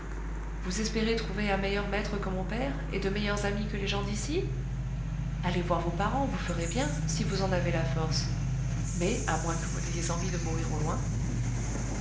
vous espérez trouver un meilleur maître que mon père et de meilleurs amis que les gens d'ici allez voir vos parents vous ferez bien si vous en avez la force mais à moins que vous n'ayez envie de mourir au loin